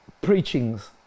preachings